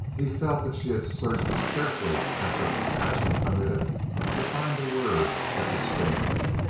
he felt that she had searched as carefully as her passion permitted to find a word that would sting him.